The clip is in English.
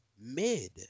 mid